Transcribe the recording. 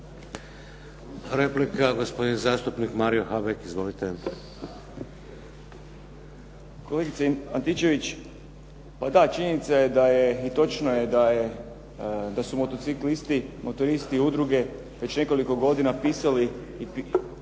Replika gospodin zastupnik Mario Habek. Izvolite. **Habek, Mario (SDP)** Kolegice Antičević, pa da činjenica je i točno je da su motociklisti, motoristi i udruge već nekoliko godina pisali ovoj